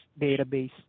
database